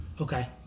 Okay